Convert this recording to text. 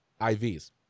IVs